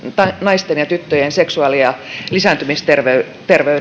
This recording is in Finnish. naisten ja tyttöjen seksuaali ja lisääntymisterveyden